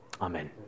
Amen